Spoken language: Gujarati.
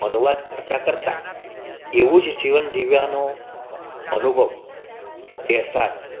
અનુવાદ કરતાં કરતાં એવું જ જીવન જીવવાનો અનુભવ એહસાસ